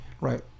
Right